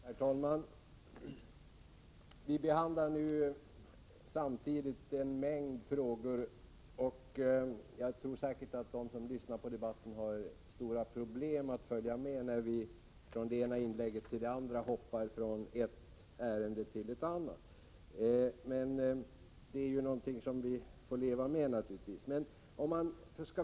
Herr talman! Vi behandlar nu samtidigt en mängd frågor. Jag tror säkert att de som lyssnar på debatten har stora problem att följa med när vi från det ena inlägget till det andra hoppar från ett ärende till ett annat, men det är något som vi får leva med.